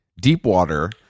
Deepwater